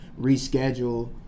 reschedule